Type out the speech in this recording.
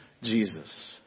Jesus